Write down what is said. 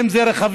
אם זה רכבים,